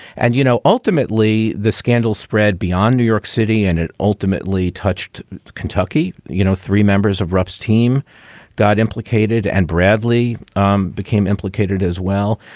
and, you know, ultimately the scandal spread beyond new york city and it ultimately touched kentucky. you know, three members of ruff's team got implicated and bradlee um became implicated as well.